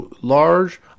large